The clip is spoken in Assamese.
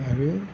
আৰু